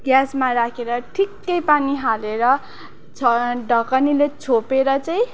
ग्यासमा राखेर ठिक्कै पानी हालेर छ ढकनीले छोपेर चाहिँ